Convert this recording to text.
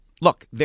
Look